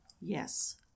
Yes